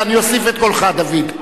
אני אוסיף את קולך, דוד.